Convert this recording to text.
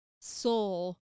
soul